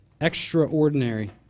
extraordinary